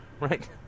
right